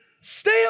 stay